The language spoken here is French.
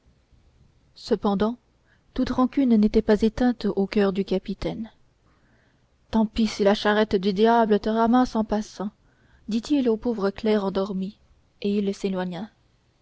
cependant toute rancune n'était pas éteinte au coeur du capitaine tant pis si la charrette du diable te ramasse en passant dit-il au pauvre clerc endormi et il s'éloigna